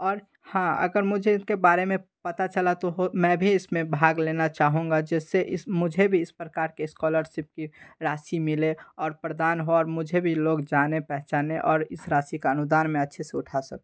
और हाँ अगर मुझे इनके बारे में पता चला तो हो मैं भी इसमें भाग लेना चाहूँगा जिससे इस मुझे भी इस प्रकार के स्कॉलरसिप की राशि मिले और प्रदान हो और मुझे भी लोग जाने पहचाने और इस राशि का अनुदान मैं अच्छे से उठा सकूँ